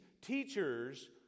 teachers